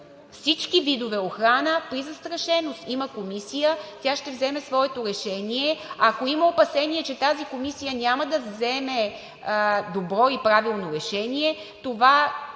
всички видове охрана при застрашеност. Има комисия, тя ще вземе своето решение. Ако има опасения, че тази комисия няма да вземе добро и правилно решение, Ви